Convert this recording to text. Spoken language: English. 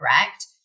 correct